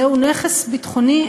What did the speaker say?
זהו נכס ביטחוני,